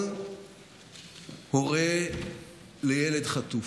כל הורה לילד חטוף,